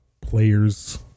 players